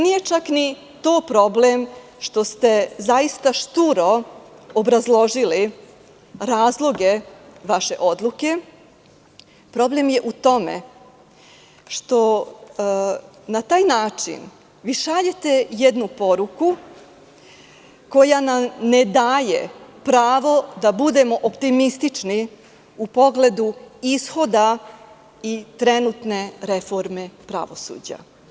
Nije čak ni to problem, što ste zaista šturo obrazložili razloge vaše odluke, već je problem u tome što na taj način šaljete jednu poruku koja nam ne daje pravo da budemo optimistični u pogledu ishoda i trenutne reforme pravosuđa.